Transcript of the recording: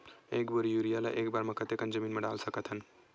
एक बोरी यूरिया ल एक बार म कते कन जमीन म डाल सकत हन?